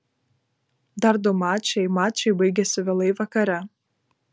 dar du mačai mačai baigėsi vėlai vakare